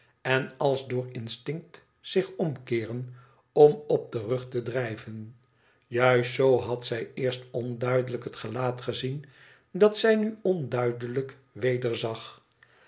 en als door instinct zich omkeeren om op den rug te drijven juist zoo had zij eerst onduidelijk het gelaat gezien dat zij nu onduidelijk wederzag